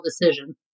decision